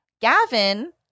Gavin